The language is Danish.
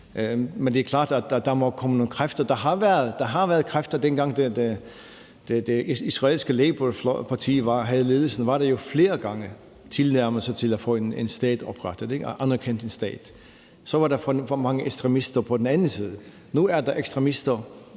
Men det er klart, at der må komme nogle andre kræfter. Der har været andre kræfter; dengang det israelske Labourparti havde ledelsen, var der jo flere gange tilnærmelser til at få oprettet en stat, at få anerkendt en stat. Så var der for mange ekstremister på den anden side. Nu er der højreorienterede